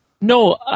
No